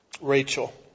Rachel